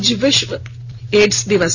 आज विश्व एड्स दिवस है